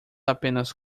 apenas